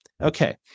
Okay